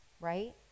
right